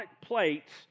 plates